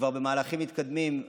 כבר במהלכים מתקדמים,